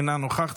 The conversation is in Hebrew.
אינה נוכחת,